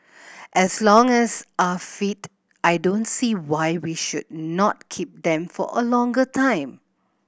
as long as are fit I don't see why we should not keep them for a longer time